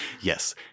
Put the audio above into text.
Yes